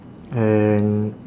and